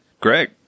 Greg